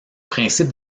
principe